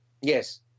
Yes